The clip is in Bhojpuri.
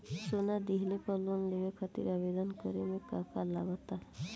सोना दिहले पर लोन लेवे खातिर आवेदन करे म का का लगा तऽ?